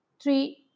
three